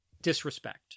disrespect